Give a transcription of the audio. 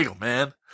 man